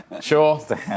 Sure